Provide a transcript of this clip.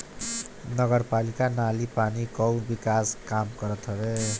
नगरपालिका नाली पानी कअ निकास के काम करत हवे